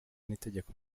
n’itegeko